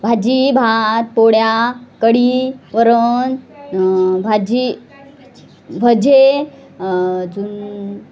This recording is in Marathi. भाजी भात पोळ्या कढी वरण भाजी भजे अजून